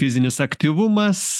fizinis aktyvumas